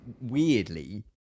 weirdly